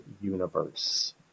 universe